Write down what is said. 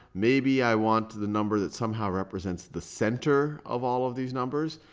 maybe i want the number that somehow represents the center of all of these numbers.